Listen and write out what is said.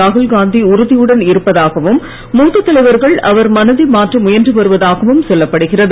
ராகுல் காந்தி உறுதியுடன் இருப்பதாகவும் மூத்த தலைவர்கள் அவர் மனதை மாற்ற முயன்று வருவதாகவும் சொல்லப்படுகிறது